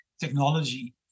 technology